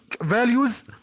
values